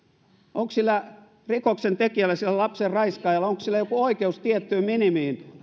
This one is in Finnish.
onko sillä rikoksentekijällä sillä lapsen raiskaajalla joku oikeus tiettyyn maksimiin